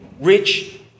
rich